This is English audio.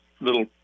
little